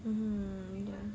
mmhmm ya